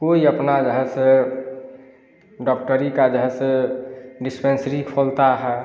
कोई अपना जो है से डॉक्टरी का जो है से डिस्पेंसरी खोलता है